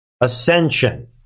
ascension